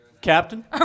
Captain